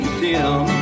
dim